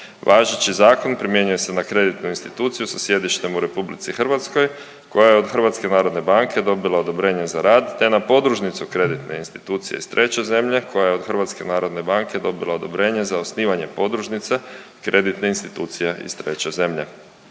Važeći zakon primjenjuje se na kreditnu instituciju sa sjedištem u RH koja je od HNB-a dobila odobrenje za rad te na podružnicu kreditne institucije iz treće zemlje koja je od HNB-a dobila odobrenje za osnivanje podružnice kreditne institucije iz treće zemlje.